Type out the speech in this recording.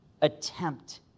attempt